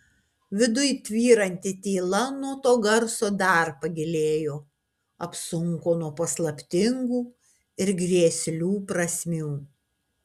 viduj tvyranti tyla nuo to garso dar pagilėjo apsunko nuo paslaptingų ir grėslių prasmių